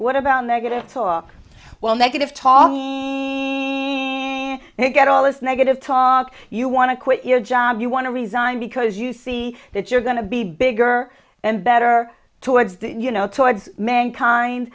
what about negative talk well negative talking and you get all this negative talk you want to quit your job you want to resign because you see that you're going to be bigger and better towards that you know towards mankind